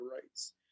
rights